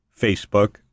Facebook